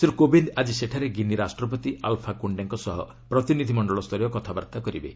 ଶ୍ରୀ କୋବିନ୍ଦ ଆକି ସେଠାରେ ଗିନି ରାଷ୍ଟ୍ରପତି ଆଲ୍ଫା କୋଣ୍ଡେଙ୍କ ସହ ପ୍ରତିନିଧିମଣ୍ଡଳ ସ୍ତରୀୟ କଥାବାର୍ତ୍ତା କରିବେ